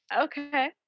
Okay